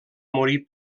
morir